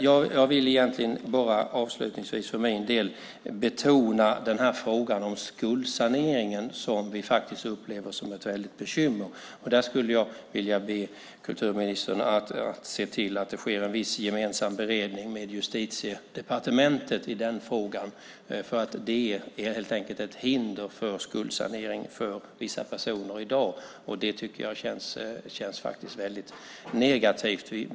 Jag vill avslutningsvis bara betona frågan om skuldsaneringen, som vi upplever som ett stort bekymmer. Jag skulle vilja be kulturministern se till att det i den frågan sker en viss gemensam beredning med Justitiedepartementet. De är i dag helt enkelt ett hinder för skuldsanering för vissa personer, vilket känns mycket negativt.